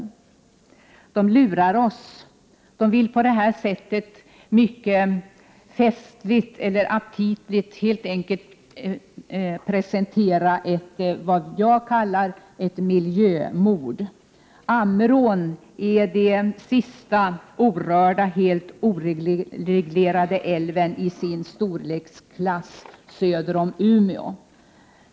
De lurar oss. De vill på ett mycket aptitligt sätt presentera vad jag kallar för ett miljömord. Ammerån är den sista orörda, helt oreglerade älven i sin storleksklass söder om Umeå.